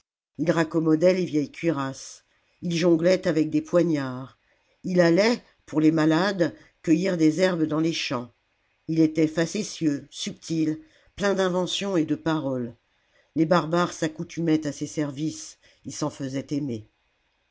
ii raccommodait les vieilles cuirasses ii jonglait avec des poignards ii allait pour les malades cueillir des herbes dans les champs ii était facétieux subtil plein d'inventions et de paroles les barbares s'accoutumaient à ses services il s'en faisait aimer